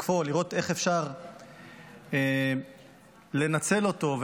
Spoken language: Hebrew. ולראות איך אפשר לנצל את מה שעומד לפוג תוקפו